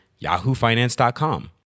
yahoofinance.com